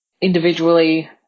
individually